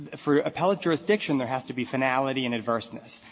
for appellate jurisdiction, there has to be finality and adverseness.